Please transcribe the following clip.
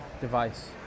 device